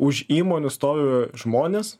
už įmonių stovi žmonės